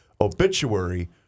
obituary